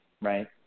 right